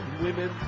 women